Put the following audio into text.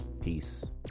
Peace